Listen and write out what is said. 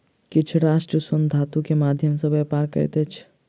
किछ राष्ट्र स्वर्ण धातु के माध्यम सॅ व्यापार करैत अछि